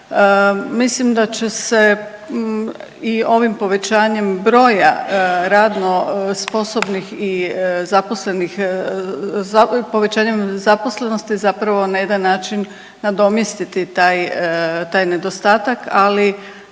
Mislim da će se i ovim povećanjem broja radno sposobnih i zaposlenih, povećanjem zaposlenosti zapravo na jedan način nadomjestiti taj, taj nedostatak, ali